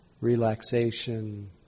relaxation